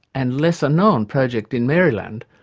and lesser-known, project in maryland,